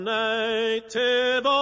native